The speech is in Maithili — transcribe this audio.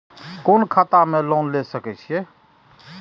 कोन खाता में लोन ले सके छिये?